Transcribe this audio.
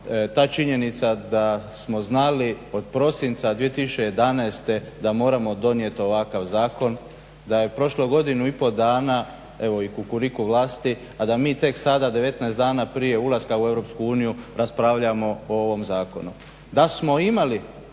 ta činjenica da smo znali od prosinca 2011. da moramo donijeti ovakav zakon. Da je prošlo godinu i pol dana evo i kukuriku vlasti a da mi tek sada 19 dana prije ulaska u Europsku uniju raspravljamo o ovom Zakonu. Da smo imali